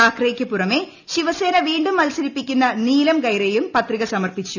താക്കറെയ്ക്ക് പുറമേ ശിവസേന വീണ്ടും മത്സരിപ്പിക്കുന്ന് നീലം ഗേറെയും പത്രിക സമർപ്പിച്ചു